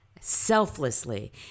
Selflessly